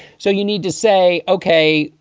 so you need to say, okay,